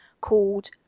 called